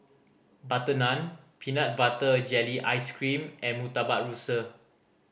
butter naan peanut butter jelly ice cream and Murtabak Rusa